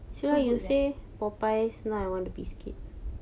so good ya